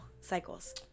cycles